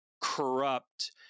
corrupt